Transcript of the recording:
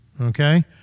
okay